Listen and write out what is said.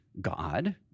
God